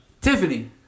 Tiffany